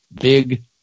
big